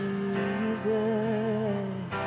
Jesus